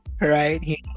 right